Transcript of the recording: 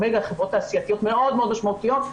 חברות תעשייתיות מאוד מאוד משמעותיות.